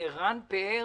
עירן פאר,